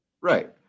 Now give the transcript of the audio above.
Right